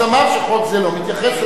אבל לפעמים הוא לא יכול להוכיח.